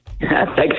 Thanks